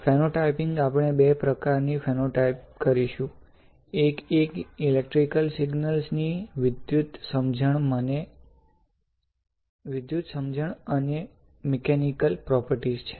phenotyping આપણે બે પ્રકારના ફિનોટાઇપ કરીશું એક એ ઇલેક્ટ્રિકલ સિગ્નલ ની વિદ્યુત સમજણ અને મેકેનિકલ પ્રોપર્ટીસ છે